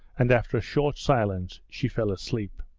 and after a short silence she fell asleep.